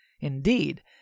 Indeed